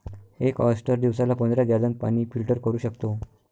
एक ऑयस्टर दिवसाला पंधरा गॅलन पाणी फिल्टर करू शकतो